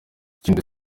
ikindi